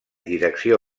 direcció